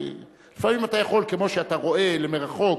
לפעמים אתה יכול, כמו שאתה רואה למרחוק